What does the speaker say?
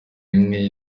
imwe